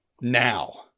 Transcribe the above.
now